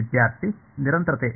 ವಿದ್ಯಾರ್ಥಿ ನಿರಂತರತೆ